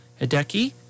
Hideki